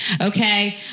Okay